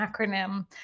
acronym